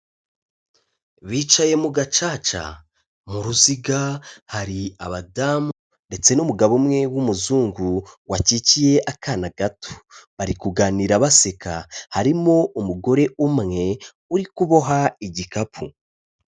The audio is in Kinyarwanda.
Bicaye mu gacaca mu ruziga hari abadamu ndetse n'umugabo umwe w'umuzungu wakikiye akana gato, bari kuganira baseka, harimo umugore umwe uri kuboha igikapu.